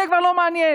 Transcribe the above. זה כבר לא מעניין.